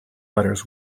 letters